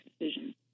decisions